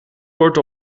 wordt